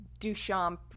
Duchamp